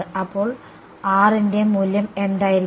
അപ്പോൾ ന്റെ മൂല്യം എന്തായിരിക്കും